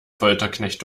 folterknecht